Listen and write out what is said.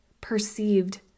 perceived